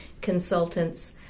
consultants